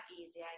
easy